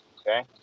okay